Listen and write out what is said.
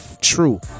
true